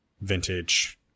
vintage